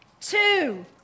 two